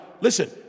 listen